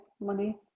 money